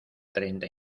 treinta